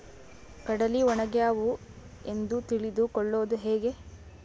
ಕಡಲಿ ಒಣಗ್ಯಾವು ಎಂದು ತಿಳಿದು ಕೊಳ್ಳೋದು ಹೇಗೆ?